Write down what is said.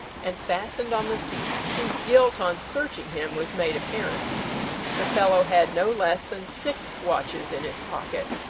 and fastened on the thief, whose guilt on searching him was made apparent the fellow had no less than six watches in his pocket,